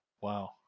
Wow